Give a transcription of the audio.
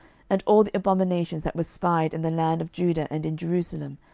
and all the abominations that were spied in the land of judah and in jerusalem,